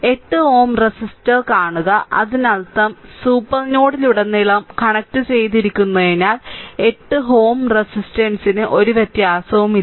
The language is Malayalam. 8 Ω റെസിസ്റ്റർ കാണുക അതിനർത്ഥം സൂപ്പർ നോഡിലുടനീളം കണക്റ്റുചെയ്തിരിക്കുന്നതിനാൽ 8 Ω റെസിസ്റ്ററിന് ഒരു വ്യത്യാസവുമില്ല